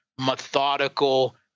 methodical